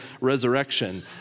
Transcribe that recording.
resurrection